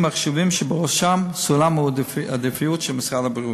החשובים שבראש סולם העדיפויות של משרד הבריאות.